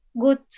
good